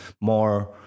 more